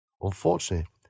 Unfortunately